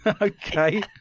Okay